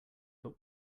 but